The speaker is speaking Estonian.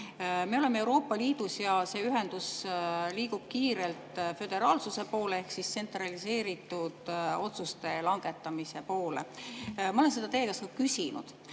Me oleme Euroopa Liidus ja see ühendus liigub kiirelt föderaalsuse poole ehk tsentraliseeritud otsuste langetamise poole. Ma olen seda teie käest ka juba küsinud,